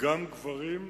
גם גברים,